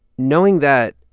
knowing that,